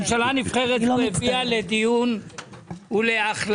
ממשלה נבחרת זו הביאה לדיון ולהחלטות.